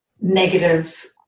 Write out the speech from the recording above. negative